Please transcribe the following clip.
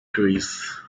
trees